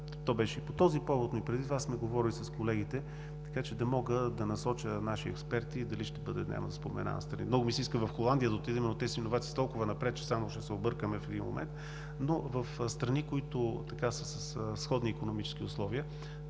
по-добре. И по този повод, но и преди това сме говорили с колегите, така че да мога да насоча наши експерти дали ще бъде, няма да споменавам страни. Много ми се иска да отидем в Холандия, но те с иновациите са толкова напред, че само ще се объркаме в един момент, но в страни, които са със сходни икономически условия